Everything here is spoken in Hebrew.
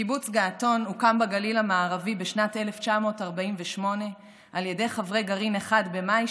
קיבוץ געתון הוקם בגליל המערבי בשנת 1948 על ידי חברי גרעין 1 במאי,